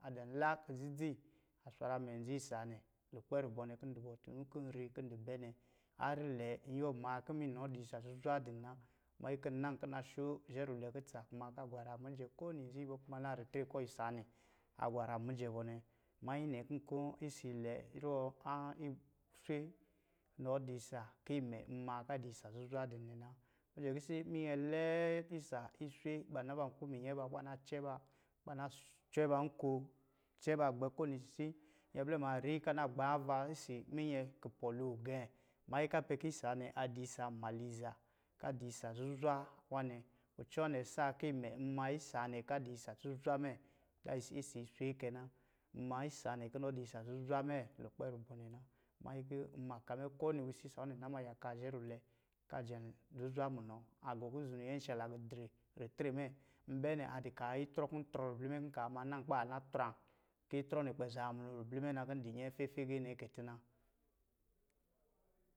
A dinlan ki dzidzi a swara mɛ nzi isa nwa nɛ. Lukpɛ rubɔ nɛ kɔ̄ du bɔ tun ki ri kin di bɛ nɛ, harr lɛ n yuwɔ maa ki miinɔ di isa zuzwa din na, manyi kin nan kin na sho zhɛ rulwɛ kutsa kumaka gwaram mijɛ ko nizii bɔ kɔ ma naa ritre kɔ̄ isa nɛ, a gwaram mijɛ bɔ nɛ. Manyi nɛ ki kɔ̄ isiilɛ, ruwɔ̄ a izwe, nɔ di isa ki imɛ n maa ka di isa zuzwa din nɛ na. Ɔ jɛ kisi, minyɛ iɛɛ ki isa iswe kuba na ba nkpi minyɛ ba kuba na cɛ ba, kuba na cɛ ba nko, cɛ ba gbɛ ko nisisi, nyɛ blɛ ma ri ka na gbaava isi. minyɛ kupɔ̄ lo gɛ̄ manyi ka pɛ ki isa nɛ a di isa nmaliza, ka di isa zuzwa nwa nɛ. Kucɔ nɛ saa ki mɛ nma isa nɛ ka di isa zuzwa mɛ isiizwe kɛ na. N ma isa nɛ kɔ̄ nɔ di isa zuzwa me lukpɛ rubɔ nɛ na. Manyi kɔ̄ nma ka mɛ ko niwisii saruwɔ̄ nɛ na ma yaka zhɛ rulwɛ ka jɛm zuzwa munɔ, a gɔ kuzunu nyɛnshala gɔ dri ritre mɛ. N bɛ nɛ, a di kaa itrɔ kɔ̄ trɔ ribli mɛ kubaa na trā, ki itrɔ nɛ kpɛ zaa nmlu ribli mɛ na ki di yɛ fɛfɛgɛ nɛ kɛ tina